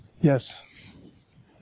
Yes